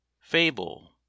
Fable